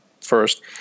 first